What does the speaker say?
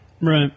Right